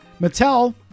Mattel